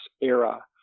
era